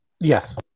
Yes